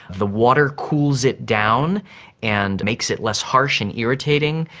the water cools it down and makes it less harsh and irritating.